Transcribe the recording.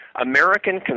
American